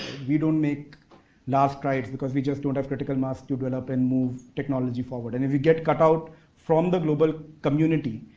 we don't make large strides, because we just don't have critical mass to develop and move technology forward. and if we get cut out from the global community,